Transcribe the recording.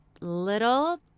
little